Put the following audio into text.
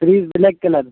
fridge black color